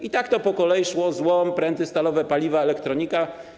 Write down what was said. I tak to po kolei szło: złom, pręty stalowe, paliwa, elektronika.